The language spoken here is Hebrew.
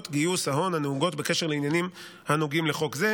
גיוס ההון הנהוגות בקשר לעניינים הנוגעים לחוק זה,